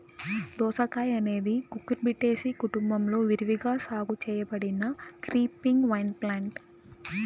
దోసకాయఅనేది కుకుర్బిటేసి కుటుంబంలో విరివిగా సాగు చేయబడిన క్రీపింగ్ వైన్ప్లాంట్